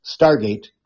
Stargate